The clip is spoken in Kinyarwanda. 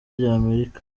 ry’amerika